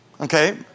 Okay